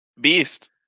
Beast